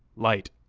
light,